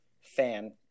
fan